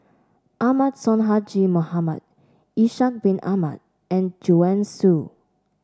Ahmad Sonhadji Mohamad Ishak Bin Ahmad and Joanne Soo